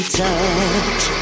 touch